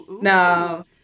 No